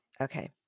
Okay